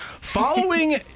Following